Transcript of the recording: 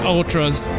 Ultras